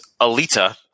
Alita